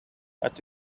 but